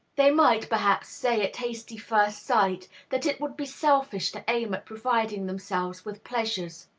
they might, perhaps, say at hasty first sight that it would be selfish to aim at providing themselves with pleasures.